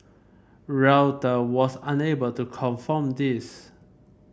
Reuter was unable to confirm this